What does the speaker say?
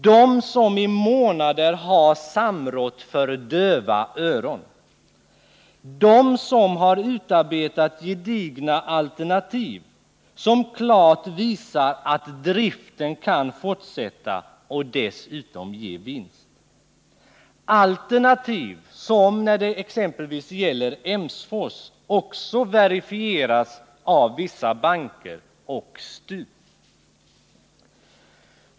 De har i månader samrått för döva öron, de har utarbetat gedigna alternativ som klart visar att driften kan fortsätta och dessutom ge vinst, aternativ som när det exempelvis gäller Emsfors också har verifierats av vissa banker och STU.